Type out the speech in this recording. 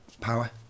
power